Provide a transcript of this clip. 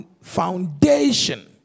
foundation